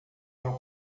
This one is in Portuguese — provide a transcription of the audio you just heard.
não